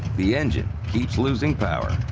the engine keeps losing power.